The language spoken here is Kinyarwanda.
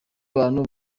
abantu